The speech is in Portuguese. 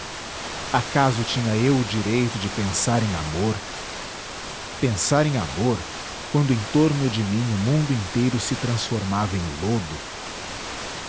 acaso tinha eu o direito de pensar em amor pensar em amor quando em torno de mim o mundo inteiro se transformava em lodo